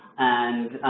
and